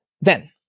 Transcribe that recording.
then-